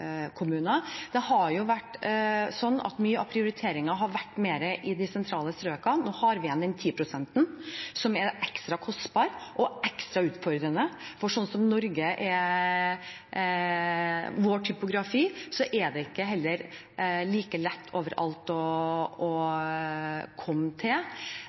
Det har jo vært slik at mye av prioriteringen har vært mer i de sentrale strøkene. Nå har vi igjen den 10-prosenten som er ekstra kostbar og ekstra utfordrende, for på grunn av vår topografi i Norge er det ikke like lett å komme til overalt. Men jeg forventer at selskapene svarer raskt til